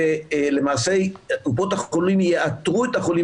ולמעשה קופות החולים יאתרו את החולים